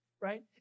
right